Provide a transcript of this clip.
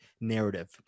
narrative